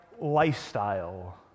lifestyle